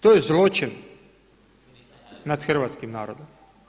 To je zločin nad hrvatskim narodom.